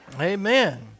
Amen